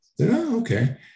Okay